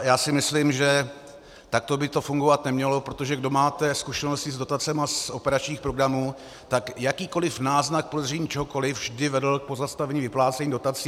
Já si myslím, že takto by to fungovat nemělo, protože kdo máte zkušenosti s dotacemi z operačních programů, tak jakýkoliv náznak podezření čehokoliv vždy vedl k pozastavení vyplácení dotací.